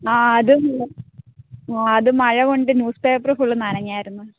ആ അതും ആ അത് മഴ കൊണ്ട് ന്യൂസ്പേപ്പർ ഫുൾ നനഞ്ഞിരുന്നു